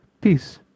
Peace